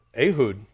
Ehud